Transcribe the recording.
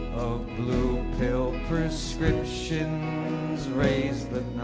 of blue pill prescriptions raised but